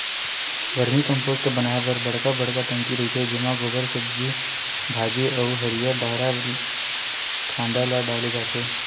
vermi compost बनाए बर बड़का बड़का टंकी रहिथे जेमा गोबर, सब्जी भाजी अउ हरियर डारा खांधा ल डाले जाथे